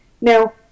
Now